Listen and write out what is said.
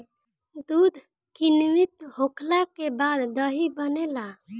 दूध किण्वित होखला के बाद दही बनेला